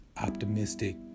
optimistic